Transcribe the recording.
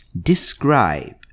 describe